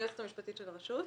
אני היועצת המשפטית של הרשות